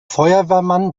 feuerwehrmann